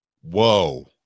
whoa